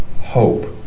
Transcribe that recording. hope